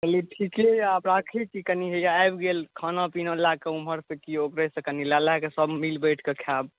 कहलियै ठीके यए आब रखैत छी कनी हइया आबि गेल खाना पीना लए कऽ ओम्हरसँ किओ ओकरेसँ कनि लए लए कऽ सभ मिल बाँटि कऽ खायब